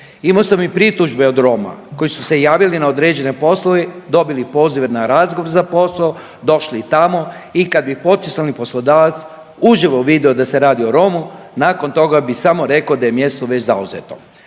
Imao sam i pritužbe od Roma koji su se javili na određene poslove, dobili pozive na razgovor za posao, došli tamo i kad bi potencijalni poslodavac uživo vidio da se radi o Romu nakon toga bi samo rekao da je mjesto već zauzeto.